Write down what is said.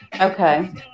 Okay